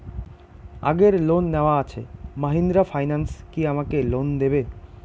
আগের লোন নেওয়া আছে মাহিন্দ্রা ফাইন্যান্স কি আমাকে লোন দেবে?